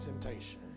temptation